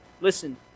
Listen